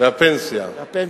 והפנסיה.